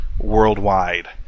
worldwide